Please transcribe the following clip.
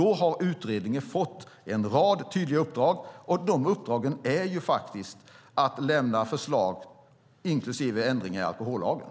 Då har utredningen fått en rad tydliga uppdrag, och dessa uppdrag är faktiskt att lämna förslag, inklusive ändringar, när det gäller alkohollagen.